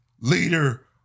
leader